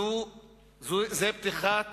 זאת פתיחת